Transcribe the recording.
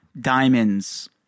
diamonds